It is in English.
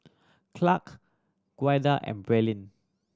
Clark Ouida and Braylen